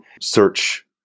search